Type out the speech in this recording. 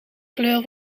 kleur